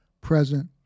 present